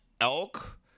elk